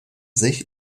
sich